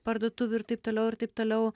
parduotuvių ir taip toliau ir taip toliau